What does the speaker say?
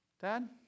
Dad